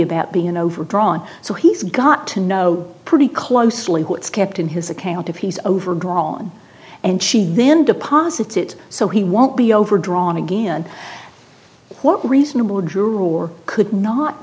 about being in overdrawn so he's got to know pretty closely what's kept in his account if he's overdrawn and she then deposits it so he won't be overdrawn again what reasonable drew or could not